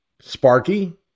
Sparky